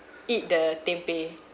eat the tempeh